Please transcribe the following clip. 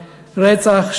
רצח,